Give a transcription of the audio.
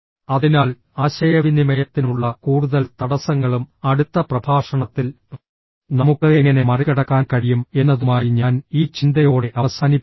അതിനാൽ ആശയവിനിമയത്തിനുള്ള കൂടുതൽ തടസ്സങ്ങളും അടുത്ത പ്രഭാഷണത്തിൽ നമുക്ക് എങ്ങനെ മറികടക്കാൻ കഴിയും എന്നതുമായി ഞാൻ ഈ ചിന്തയോടെ അവസാനിപ്പിക്കുന്നു